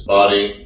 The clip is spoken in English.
body